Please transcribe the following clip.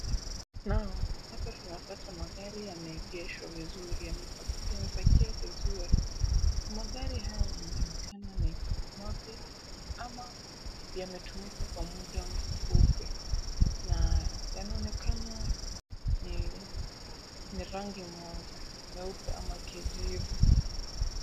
Naam, hapa tunapata magari yameegeshwa vizuri na yamepakiwa vizuri. Magari haya yanaonekana ni mapya ama yametumika kwa muda mfupi yanaonekana ni rangi moja nyeupe ama kijivu.